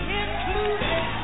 included